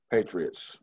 Patriots